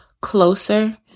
Closer